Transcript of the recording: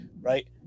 right